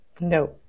No